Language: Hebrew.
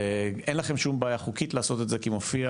אין לכם שום בעיה חוקית לעשות את זה, כי מופיע